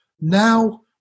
Now